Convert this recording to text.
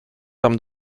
tam